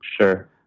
Sure